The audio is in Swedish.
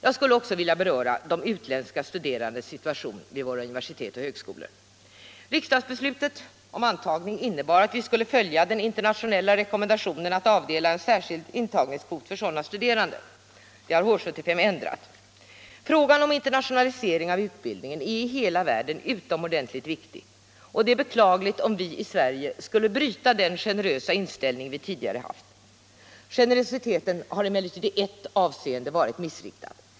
Jag skulle också vilja beröra de utländska studerandenas situation vid våra universitet och högskolor. Riksdagsbeslutet om antagning innebar alt vi skulle följa den internationella rekommendationen att avdela en särskild intagningskvot för sådana studerande. Det har H 75 ändrat. Frågan om internationalisering av utbildningen är i hela världen utomordentligt viktig och det är beklagligt om vi i Sverige skulle bryta den generösa inställning som vi tidigare haft. Generositeten har emellertid i ett avseende varit missriktad.